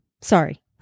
sorry